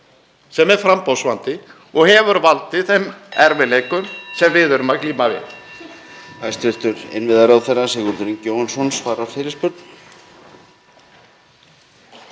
sem er framboðsvandi og hefur valdið þeim erfiðleikum sem við erum að glíma við?